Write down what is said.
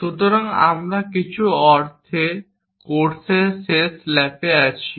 সুতরাং আমরা কিছু অর্থে কোর্সের শেষ ল্যাপে আছি